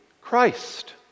Christ